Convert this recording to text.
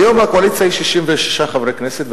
היום הקואליציה היא של 66 חברי כנסת,